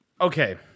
okay